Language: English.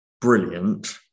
brilliant